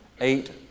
eight